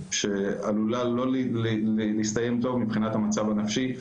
שעלולה לא להסתיים טוב מבחינת המצב הנפשי,